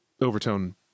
overtone